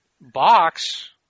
box